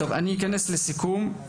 אני אכנס לסיכום.